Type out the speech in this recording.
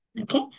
okay